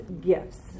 gifts